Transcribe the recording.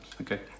Okay